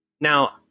now